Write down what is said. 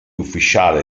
ufficiale